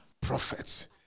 prophets